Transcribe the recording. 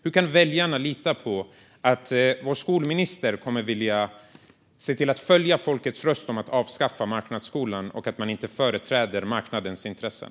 Hur kan väljarna lita på att vår skolminister kommer att se till att följa folkets röst om att avskaffa marknadsskolan och inte företräda marknadens intressen?